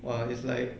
!wah! is like